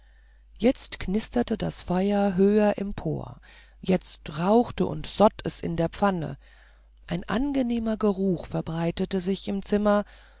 jetzt knisterte das feuer höher empor jetzt rauchte und sott es in der pfanne ein angenehmer geruch verbreitete sich im zimmer